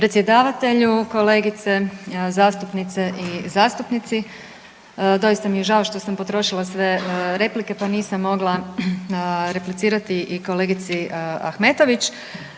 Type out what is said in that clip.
Predsjedavatelju, kolegice zastupnice i zastupnici. Doista mi je žao što sam potrošila sve replike pa nisam mogla replicirati i kolegici Ahmetović.